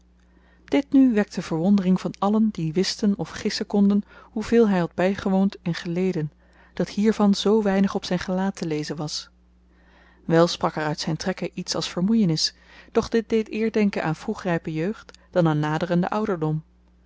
dit nu wekte verwondering van allen die wisten of gissen konden hoeveel hy had bygewoond en geleden dat hiervan zoo weinig op zyn gelaat te lezen was wel sprak er uit zyn trekken iets als vermoeienis doch dit deed eer denken aan vroegrype jeugd dan aan naderenden ouderdom